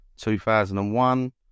2001